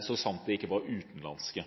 så sant det ikke var utenlandske,